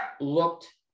looked